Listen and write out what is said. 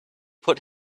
put